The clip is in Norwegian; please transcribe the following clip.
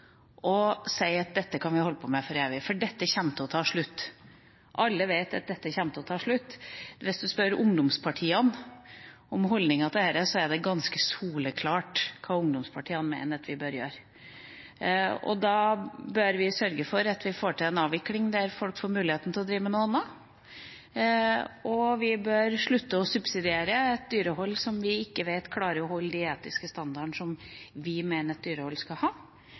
at dette kan vi holde på med for evig. For dette kommer til å ta slutt – alle vet at dette kommer til å ta slutt. Hvis du spør ungdomspartiene om holdninga til dette, er det ganske soleklart hva de mener at vi bør gjøre. Vi bør sørge for at vi får til en avvikling der folk får muligheten til å drive med noe annet. Vi bør slutte å subsidiere et dyrehold der vi ikke vet om man klarer å holde de etiske standardene vi mener at dyrehold skal ha.